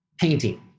Painting